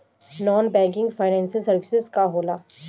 Non banking financial services का होला?